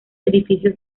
edificios